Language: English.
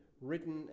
written